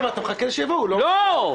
אבל אתה מחכה שהם יבואו, לא?